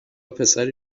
پسری